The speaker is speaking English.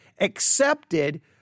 accepted